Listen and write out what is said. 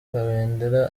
kabendera